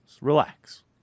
relax